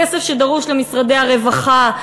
הכסף שדרוש למשרדי הרווחה,